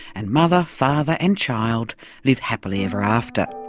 and mother, father and child live happily ever after.